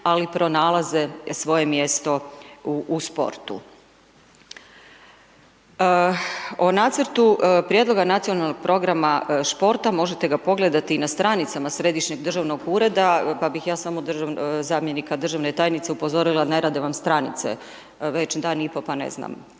ali pronalaze svoje mjesto u sportu. O nacrtu prijedlogu nacionalnog programa športa, možete ga pogledati i na stranicama središnjeg državnog ureda, pa bi ja samo zamjenika državne tajnice upozorila ne rade vam stranice već dan i pol, pa ne znam,